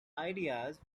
ideas